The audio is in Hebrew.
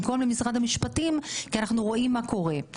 במקום למשרד המשפטים כי אנחנו רואים מה קורה.